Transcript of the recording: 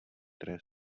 které